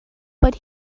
but